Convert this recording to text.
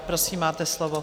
Prosím, máte slovo.